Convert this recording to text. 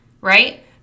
right